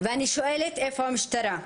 ואני שואלת: איפה המשטרה?